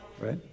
Right